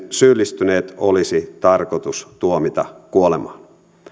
syyllistyneet olisi tarkoitus tuomita kuolemaan